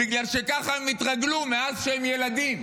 בגלל שככה הם התרגלו מאז שהם ילדים.